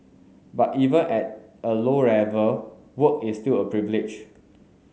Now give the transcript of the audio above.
but even at a low level work is still a privilege